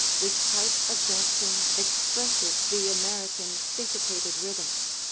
this type of dancing expresses the american syncopated rhythms.